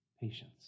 Patience